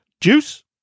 Juice